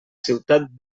ciutat